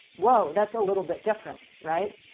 whoa, that's a little bit different, right?